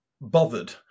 bothered